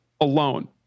alone